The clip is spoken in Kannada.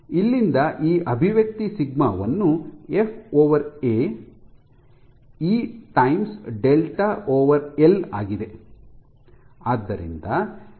ಇಲ್ಲಿಂದ ಈ ಅಭಿವ್ಯಕ್ತಿ ಸಿಗ್ಮಾ ವನ್ನು F A FA E times delta L ಆಗಿದೆ